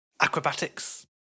acrobatics